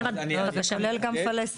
אבל זה שולל גם פלסטינאים.